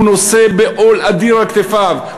נושא עול אדיר על כתפיו,